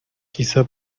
quizá